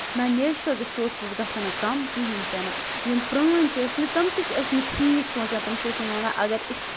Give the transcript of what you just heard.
نہَ natural resources گژھَن نہٕ کَم کِہیٖنٛۍ تہِ نہٕ یِم پرٛٲنۍ چھِ ٲسمٕتۍ تِم تہِ چھِ ٲسمٕتۍ ٹھیٖک سونچان تِم چھِ ٲسمٕتۍ وَنان اَگر أسۍ